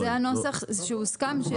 זה הנוסח שהוסכם.